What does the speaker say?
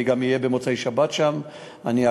ואני גם אהיה במוצאי-שבת שם ואעקוב,